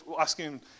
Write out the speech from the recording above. asking